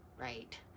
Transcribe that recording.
right